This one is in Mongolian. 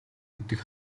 гэдэг